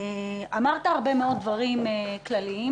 אמרת הרבה מאוד דברים כלליים.